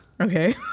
Okay